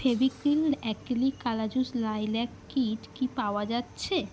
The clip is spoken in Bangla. ফেভিক্রিল অ্যাক্রিলিক কালাজুস লাইল্যাক কিট কি পাওয়া যাচ্ছে